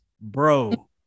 Bro